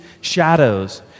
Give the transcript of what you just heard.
shadows